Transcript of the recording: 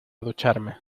ducharme